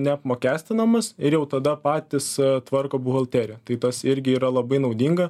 neapmokestinamas ir jau tada patys tvarko buhalteriją tai tas irgi yra labai naudinga